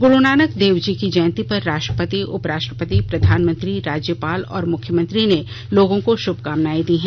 ग्रुनानक देव जी की जयंती पर राष्ट्रपति उप राष्ट्रपति प्रधानमंत्री राज्यपाल और मुख्यमंत्री ने लोगोँ को शुभकामनाएं दी हैं